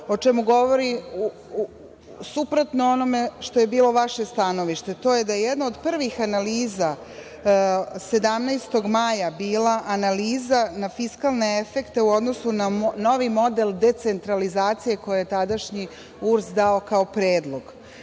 o čemu govorim, suprotno onome što je bilo vaše stanovište, a to je da je jedna od prvih analiza 17. maja bila analiza na fiskalne efekte u odnosu na novi model decentralizacije koju je tadašnji URS dao kao predlog.